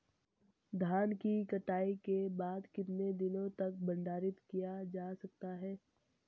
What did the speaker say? धान की कटाई के बाद कितने दिनों तक भंडारित किया जा सकता है?